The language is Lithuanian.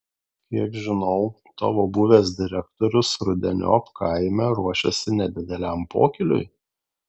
kiek žinau tavo buvęs direktorius rudeniop kaime ruošiasi nedideliam pokyliui